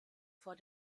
vor